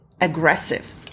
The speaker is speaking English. aggressive